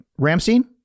ramstein